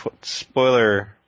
Spoiler